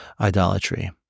idolatry